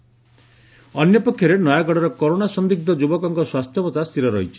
Nayagarh corona ଅନ୍ୟପକ୍ଷରେ ନୟାଗଡ଼ର corona ସଦିଗ୍ଗ ଯୁବକଙ୍କ ସ୍ୱାସ୍ସ୍ୟାବସ୍ରା ସ୍ଗିର ରହିଛି